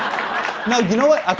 no, you know what? okay,